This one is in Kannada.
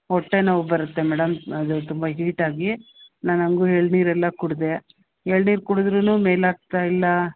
ಹೊಟ್ಟೆ ನೋವು ಬರುತ್ತೆ ಮೇಡಮ್ ಅದು ತುಂಬ ಹೀಟಾಗಿ ನಾನು ಹಂಗು ಎಳ್ನೀರೆಲ್ಲಾ ಕುಡಿದೆ ಎಳ್ನೀರು ಕುಡ್ದ್ರು ಮೇಲಾಗ್ತಿಲ್ಲ